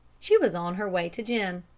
she was on her way to jim,